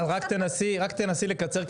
רק תנסי לקצר,